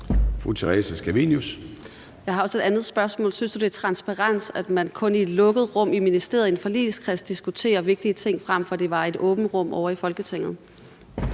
Jeg har også et andet spørgsmål: Synes ministeren, at det er transparens, at man kun i et lukket rum i ministeriet i en forligskreds diskuterer vigtige ting, frem for at det var i et åbent rum ovre i Folketinget?